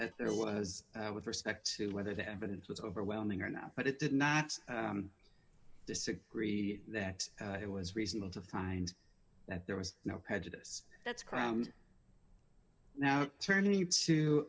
that there was with respect to whether the evidence was overwhelming or not but it did not disagree that it was reasonable to find that there was no prejudice that's crowned now turning to